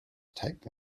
type